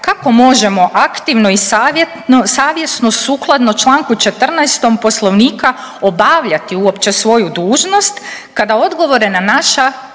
kako možemo aktivno i savjesno sukladno čl. 14. Poslovnika obavljati uopće svoju dužnost kada odgovore na naša